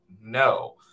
no